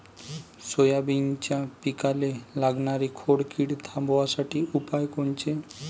सोयाबीनच्या पिकाले लागनारी खोड किड थांबवासाठी उपाय कोनचे?